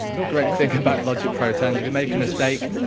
great thing about logic pro ten is if you make a mistake,